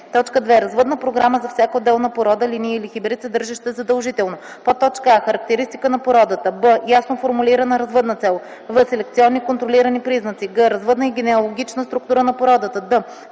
2. развъдна програма за всяка отделна порода, линия или хибрид, съдържаща задължително: а) характеристика на породата; б) ясно формулирана развъдна цел; в) селекционни (контролирани) признаци; г) развъдна и генеалогична структура на породата; д)